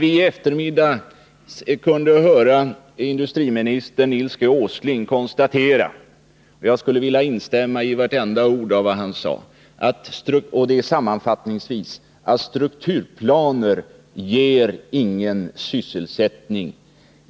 I eftermiddags kunde vi höra industriminister Åsling konstatera — och jag skulle vilja instämma i vartenda ord av vad han sade — nämligen att strukturplaner ger ingen sysselsättning.